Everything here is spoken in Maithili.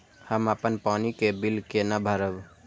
हम अपन पानी के बिल केना भरब?